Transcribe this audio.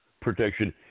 protection